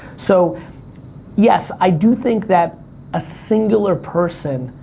so yes, i do think that a singular person,